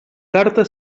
carta